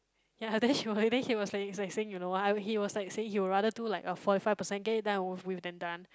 ya lah then she was then he was like is like saying you know what he was like saying he'd rather like do a forty five percent get it done and over with then done